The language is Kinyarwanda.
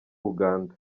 uganda